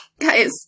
Guys